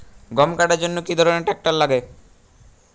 গম কাটার জন্য কি ধরনের ট্রাক্টার লাগে?